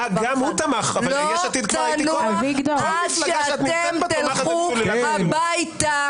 שלא ננוח עד שאתם תלכו הביתה.